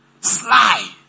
Sly